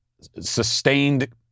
sustained